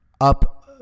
Up